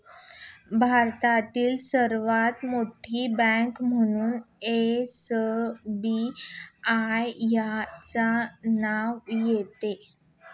भारतातील सर्वात मोठी बँक म्हणून एसबीआयचे नाव येते